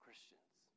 Christians